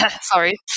Sorry